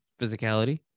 physicality